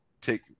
take